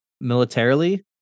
militarily